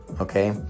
Okay